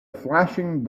flashing